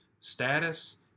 status